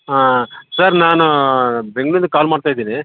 ಹಾಂ ಸರ್ ನಾನು ಬೆಂಗ್ಳೂರಿಂದ ಕಾಲ್ ಮಾಡ್ತ ಇದ್ದೀನಿ